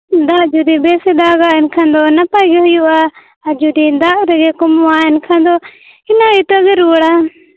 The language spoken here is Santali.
ᱫᱟᱜ ᱡᱩᱫᱤ ᱵᱮᱥᱮ ᱫᱟᱜᱟ ᱮᱱᱠᱷᱟᱱ ᱫᱚ ᱱᱟᱯᱟᱭ ᱜᱮ ᱦᱩᱭᱩᱜᱼᱟ ᱟᱨ ᱡᱩᱫᱤ ᱫᱟᱜ ᱫᱟᱜ ᱨᱮᱜᱮ ᱠᱚᱢᱚᱜᱼᱟ ᱮᱱᱠᱷᱟᱱ ᱫᱚ ᱤᱱᱟᱹ ᱤᱛᱟᱹᱜᱮ ᱨᱩᱣᱟᱹᱲᱟ